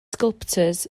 sculptors